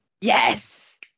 Yes